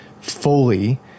fully